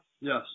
Yes